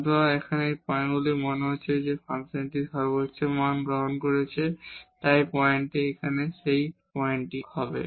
সুতরাং এখানে এই পয়েন্টগুলিতে মনে হচ্ছে যে ফাংশনটি সর্বোচ্চ মান গ্রহণ করছে তাই পয়েন্টটি এখানে সেই পয়েন্টটি হবে